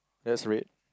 that's red